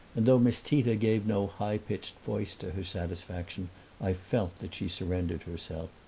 and though miss tita gave no high-pitched voice to her satisfaction i felt that she surrendered herself.